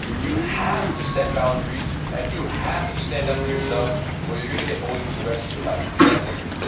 you have to set boundaries and you have to stand up for yourself or you're going to get bullied for the rest of your life, it's that simple.